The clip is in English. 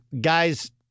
guys